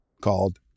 called